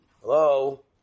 Hello